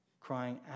crying